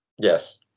yes